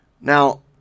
Now